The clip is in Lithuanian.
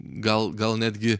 gal gal netgi